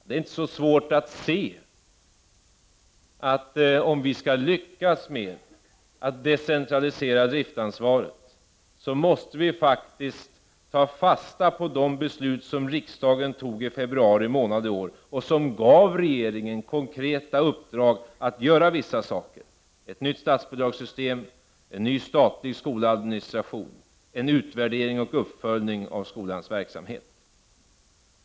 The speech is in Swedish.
Det är inte så svårt att se, att om vi skall lyckas med att decentralisera driftsansvaret, måste vi faktiskt ta fasta på de beslut som riksdagen fattade i februari månad i år, vilka gav regeringen konkreta uppdrag att göra vissa saker: ett nytt statsbidragssystem, en ny statlig skoladministration samt en utvärdering och uppföljning av skolans verksamhet.